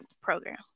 program